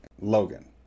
Logan